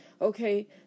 Okay